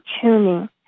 tuning